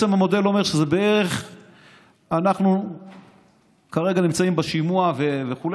אנחנו נמצאים כרגע בשימוע וכו',